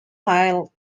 piled